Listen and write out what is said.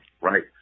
right